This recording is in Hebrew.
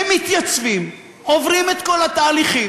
הם מתייצבים, עוברים את כל התהליכים.